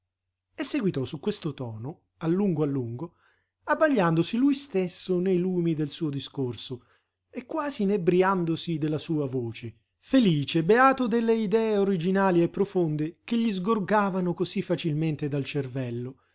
e seguitò su questo tono a lungo a lungo abbagliandosi lui stesso nei lumi del suo discorso e quasi inebriandosi della sua voce felice beato delle idee originali e profonde che gli sgorgavano cosí facilmente dal cervello